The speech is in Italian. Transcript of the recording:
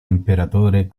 imperatore